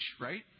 right